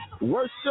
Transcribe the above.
Worship